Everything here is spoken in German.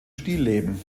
stillleben